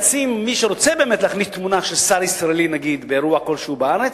מי שרוצה להכניס תמונה של שר ישראלי באירוע כלשהו בארץ,